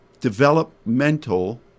developmental